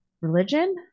religion